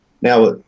Now